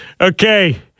Okay